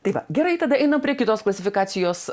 tai va gerai tada einam prie kitos klasifikacijos